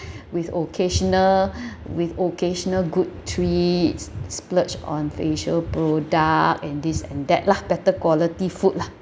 with occasional with occasional good treats splurge on facial product and this and that lah better quality food lah